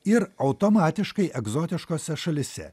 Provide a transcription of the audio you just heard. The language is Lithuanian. ir automatiškai egzotiškose šalyse